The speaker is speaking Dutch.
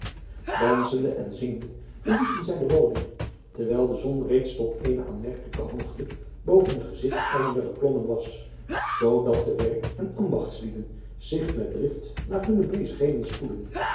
ansende en zingende verlieten zij de woning terwijl de zon reeds tot eene aanmerkelijke hoogte boven den gezigteinder geklommen was zoo dat de werk en ambachtslieden zich met drift naar hunne bezigheden spoedden